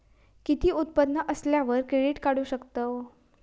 किती उत्पन्न असल्यावर क्रेडीट काढू शकतव?